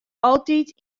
altyd